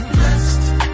Blessed